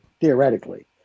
theoretically